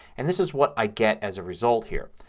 and this is what i get as a result here.